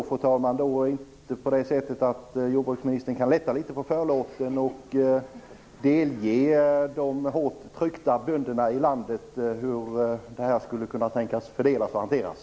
Fru talman! Kan då inte jordbruksministern lätta litet på förlåten och delge de hårt tryckta bönderna i landet hur det här skall hanteras och fördelas?